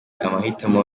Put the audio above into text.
amahitamo